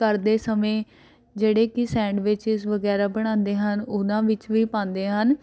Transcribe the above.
ਕਰਦੇ ਸਮੇਂ ਜਿਹੜੇ ਕਿ ਸੈਂਡਵਿੱਚਸ ਵਗੈਰਾ ਬਣਾਉਂਦੇ ਹਨ ਉਹਨਾਂ ਵਿੱਚ ਵੀ ਪਾਉਂਦੇ ਹਨ